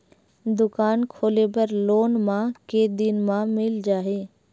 दुकान खोले बर लोन मा के दिन मा मिल जाही?